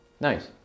Nice